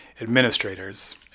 administrators